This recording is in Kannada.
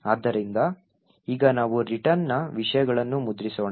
ಆದ್ದರಿಂದ ಈಗ ನಾವು ರಿಟರ್ನ್ನ ವಿಷಯಗಳನ್ನು ಮುದ್ರಿಸೋಣ